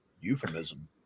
Euphemism